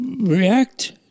react